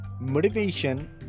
Motivation